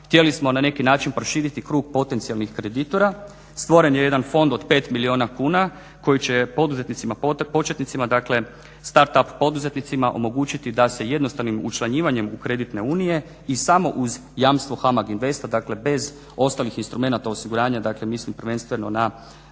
Htjeli smo na neki način proširiti krug potencijalnih kreditora. Stvoren je jedan fond od 5 milijuna kuna koji će poduzetnicima početnicima, dakle start up poduzetnicima omogućiti da se jednostavnim učlanjivanjem u kreditne unije i samo uz jamstvo HAMAG INVEST-a, dakle bez ostalih instrumenata osiguranja, dakle mislim prvenstveno na